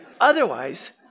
Otherwise